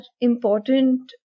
important